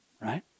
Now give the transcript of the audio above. right